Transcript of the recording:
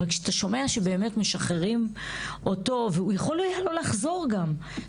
אבל כשאתה שומע שבאמת משחררים אותו והוא יכול היה לא לחזור גם,